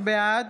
בעד